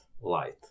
light